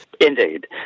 Indeed